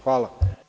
Hvala.